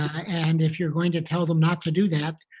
and if you're going to tell them not to do that,